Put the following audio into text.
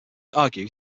argue